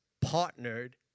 partnered